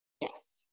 yes